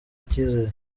icyizere